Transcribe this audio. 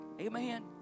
Amen